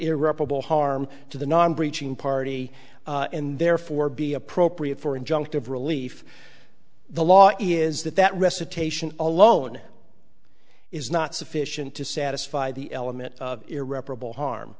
irreparable harm to the non breaching party and therefore be appropriate for injunctive relief the law is that that recitation alone is not sufficient to satisfy the element of irreparable harm